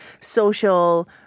social